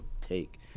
take